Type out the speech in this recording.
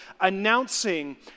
announcing